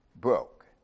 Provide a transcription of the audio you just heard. broke